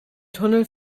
tunnel